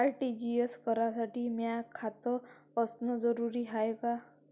RTGS करासाठी माय खात असनं जरुरीच हाय का?